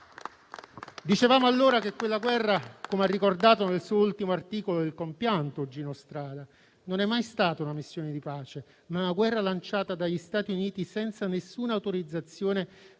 Dicevamo allora che quella guerra, come ha ricordato nel suo ultimo articolo il compianto Gino Strada, non è mai stata una missione di pace, ma una guerra lanciata dagli Stati Uniti senza nessuna autorizzazione